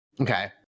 Okay